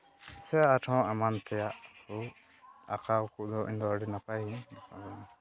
ᱥᱮ ᱟᱨᱦᱚᱸ ᱮᱢᱟᱱ ᱛᱮᱭᱟᱜ ᱠᱚ ᱟᱸᱠᱟᱣ ᱠᱚᱫᱚ ᱤᱧ ᱫᱚ ᱟᱹᱰᱤ ᱱᱟᱯᱟᱭᱤᱧ